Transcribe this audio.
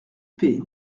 paix